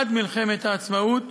עד מלחמת העצמאות.